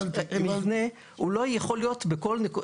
המבנה לא יכול להיות בכל נקודה,